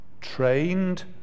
trained